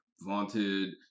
vaunted